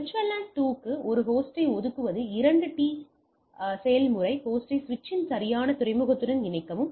VLAN 2 க்கு ஒரு ஹோஸ்டை ஒதுக்குவது இரண்டு படி செயல்முறை ஹோஸ்டை சுவிட்சின் சரியான துறைமுகத்துடன் இணைக்கவும்